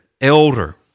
elder